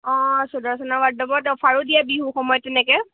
অঁ সুদৰ্শনা বাৰ্দৰৱত অফাৰো দিয়ে বিহু সময়ত তেনেকে